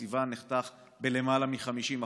תקציבן נחתך בלמעלה מ-50%,